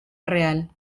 real